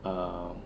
um